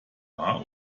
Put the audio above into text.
bar